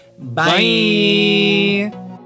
Bye